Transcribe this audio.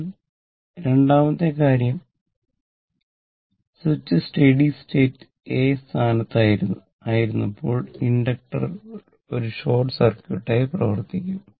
ആണ് രണ്ടാമത്തെ കാര്യം സ്വിച്ച് സ്റ്റഡി സ്റ്റേറ്റിൽ എ സ്ഥാനത്ത് ആയിരുന്നപ്പോൾ ഇൻഡക്ടറുകൾ ഒരു ഷോർട്ട് സർക്യൂട്ടായി പ്രവർത്തിക്കും